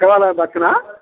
శివాలయం పక్కన